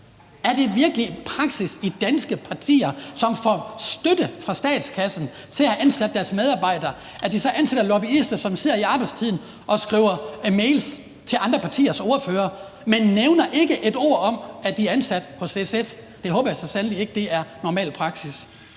Er det virkelig praksis i danske partier, som får støtte fra statskassen til at ansætte deres medarbejdere, at de så ansætter lobbyister, som sidder i arbejdstiden og skriver mails til andre partiers ordførere, men ikke nævner et ord om, at de er ansat hos SF? Det håber jeg så sandelig ikke er normal praksis.